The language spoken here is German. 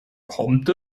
kommt